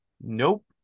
nope